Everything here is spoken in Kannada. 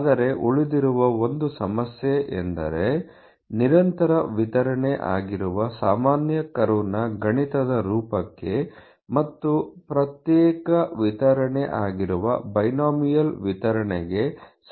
ಆದರೆ ಉಳಿದಿರುವ 1 ಸಮಸ್ಯೆ ಎಂದರೆ ನಿರಂತರ ವಿತರಣೆ ಆಗಿರುವ ಸಾಮಾನ್ಯ ಕರ್ವ್ನ ಗಣಿತದ ರೂಪಕ್ಕೆ ಮತ್ತು ಪ್ರತ್ಯೇಕ ವಿತರಣೆ ಆಗಿರುವ ಬೈನೋಮಿಯಲ್ ವಿತರಣೆಗೆ ಸಂಬಂಧ ರೂಪಿಸುವುದು